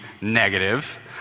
negative